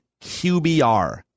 QBR